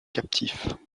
captifs